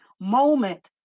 moment